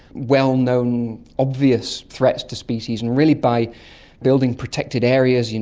well-known, obvious threats to species. and really by building protected areas, you know